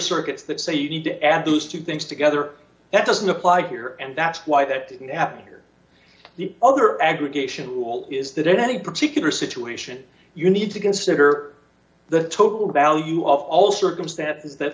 circuits that say you need to add those two things together it doesn't apply here and that's why that didn't happen here the other aggregation rule is that any particular situation you need to consider the total value of all circumstances that